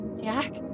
Jack